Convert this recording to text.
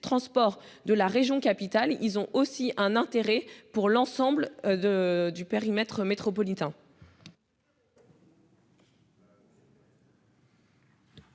transports de la région capitale. Ils ont aussi un intérêt pour l'ensemble de du périmètre métropolitain.